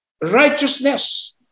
righteousness